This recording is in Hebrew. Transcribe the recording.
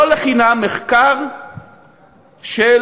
לא לחינם מחקר של